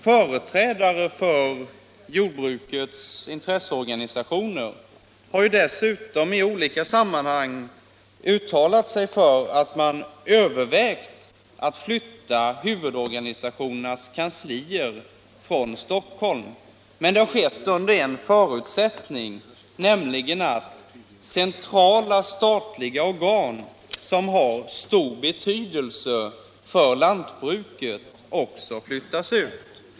Företrädare för jordbrukets organisationer har dessutom uttalat att man övervägt att flytta huvudorganisationernas kanslier från Stockholm. Detta har dock skett under en förutsättning, nämligen att ”centrala statliga organ som har stor betydelse för lantbruket också flyttats ut”.